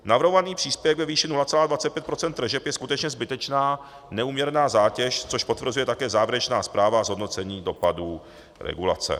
Navrhovaný příspěvek ve výši 0,25 % tržeb je skutečně zbytečná, neúměrná zátěž, což potvrzuje také závěrečná zpráva z hodnocení dopadů regulace.